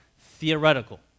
theoretical